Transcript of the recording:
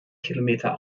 kilometer